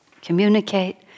communicate